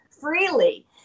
freely